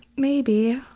maybe.